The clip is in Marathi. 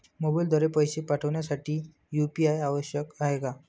मोबाईलद्वारे पैसे पाठवण्यासाठी यू.पी.आय आवश्यक आहे का?